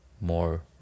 more